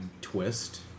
twist